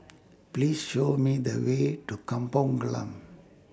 Please Show Me The Way to Kampong Glam